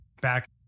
Back